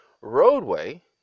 roadway